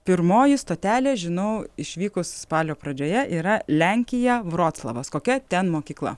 pirmoji stotelė žinau išvykus spalio pradžioje yra lenkija vroclavas kokia ten mokykla